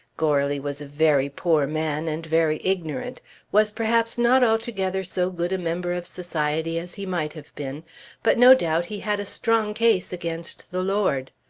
goarly was a very poor man, and very ignorant was perhaps not altogether so good a member of society as he might have been but no doubt he had a strong case against the lord.